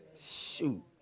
Shoot